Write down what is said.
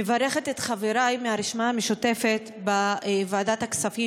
אני מברכת את חבריי מהרשימה המשותפת בוועדת הכספים,